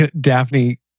Daphne